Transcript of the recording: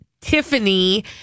Tiffany